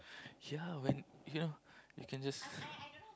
ya when you know you can just